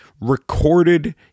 recorded